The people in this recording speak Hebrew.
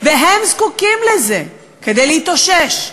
והם זקוקים לזה כדי להתאושש,